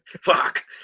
Fuck